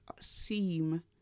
seem